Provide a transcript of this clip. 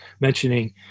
mentioning